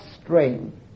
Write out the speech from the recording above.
strain